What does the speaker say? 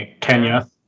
Kenya